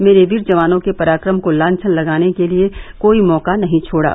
मेरे वीर जवानों के पराक्रम को लांछन लगाने के लिए कोई मौका नहीं छोड़ा